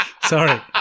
Sorry